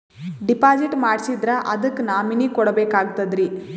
Deposit ಮಾಡ್ಸಿದ್ರ ಅದಕ್ಕ nominee ಕೊಡಬೇಕಾಗ್ತದ್ರಿ?